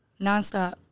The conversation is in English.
Nonstop